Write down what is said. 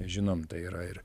žinom tai yra ir